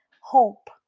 Hope